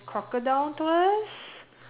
crocodile tours